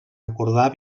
acordar